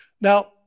Now